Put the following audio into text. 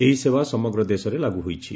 ଏହି ସେବା ସମଗ୍ର ଦେଶରେ ଲାଗୁ ହୋଇଛି